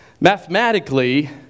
mathematically